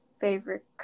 favorite